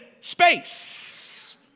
space